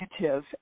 negative